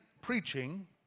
preaching